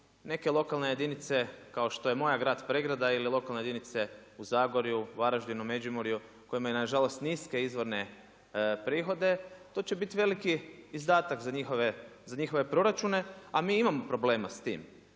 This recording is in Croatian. neke lokalne jedinice kao što je moja grad Pregrada ili lokalne jedinice u Zagorju, Varaždinu, Međimurju koje imaju nažalost niske izvorne prihode to će biti veliki izdatak za njihove proračune, a mi imamo problema s tim.